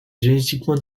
génétiquement